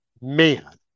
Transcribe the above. Man